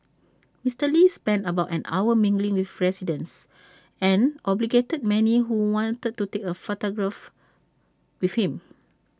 Mister lee spent about an hour mingling with residents and obliged many who wanted to take A photograph with him